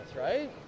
right